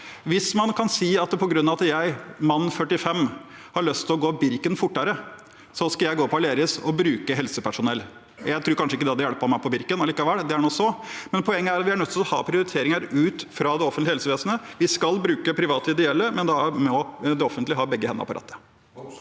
si at fordi jeg, mann på 45 år, har lyst til å gå Birken fortere, skal jeg gå til Aleris og bruke helsepersonell. Jeg tror kanskje ikke det hadde hjulpet meg i Birken, men allikevel, det er nå så. Poenget er at vi er nødt til å ha prioriteringer ut fra det offentlige helsevesenet. Vi skal bruke private og ideelle, men da må det offentlige ha begge hendene på rattet.